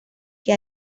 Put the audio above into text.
que